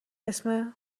اسم